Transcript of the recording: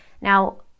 Now